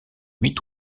huit